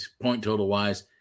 point-total-wise